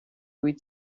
with